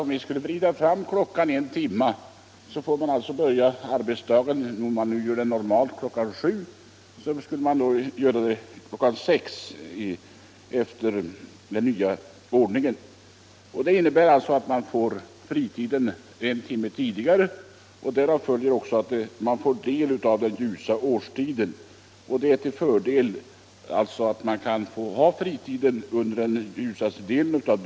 Om vi skulle vrida klockan en timme tillbaka, skulle arbetsdagen börja klockan sex i stället för som nu ofta är fallet klockan sju. Det innebär alt också fritiden kommer en timme tidigare. Det medför att fritiden till större del infaller under dygnets ljusaste timmar.